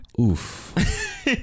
oof